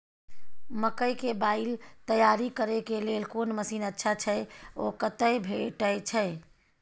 मकई के बाईल तैयारी करे के लेल कोन मसीन अच्छा छै ओ कतय भेटय छै